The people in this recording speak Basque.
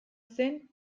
zen